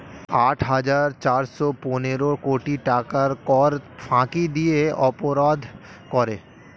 আট হাজার চারশ পনেরো কোটি টাকার কর ফাঁকি দিয়ে অপরাধ করে